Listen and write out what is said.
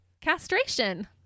Castration